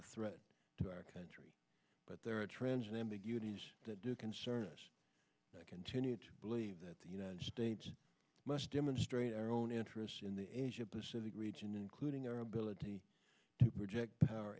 a threat to our country but there are trends in ambiguities that do concern us that continue to believe that the united states must demonstrate our own interests in the asia pacific region including our ability to project power